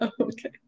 Okay